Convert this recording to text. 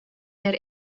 der